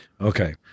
Okay